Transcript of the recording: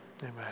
Amen